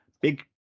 big